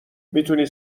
میتونی